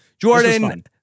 Jordan